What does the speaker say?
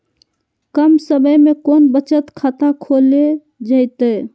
कम समय में कौन बचत खाता खोले जयते?